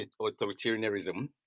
authoritarianism